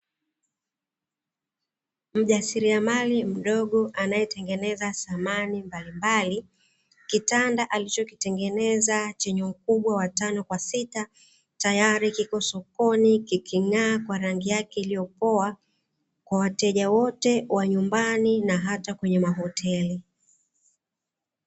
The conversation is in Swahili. Mjasiriamali mdogo anayetengeneza samani mbalimbali, kitanda alichokitengeneza chenye ukubwa wa tano kwa sita, tayari kipo sokoni kiking'aa kwa rangi yake iliyopoa, kwa wateja wote wa nyumbani na hata kwenye mahoteli.